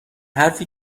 حرفی